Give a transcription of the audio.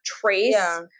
trace